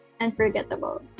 Unforgettable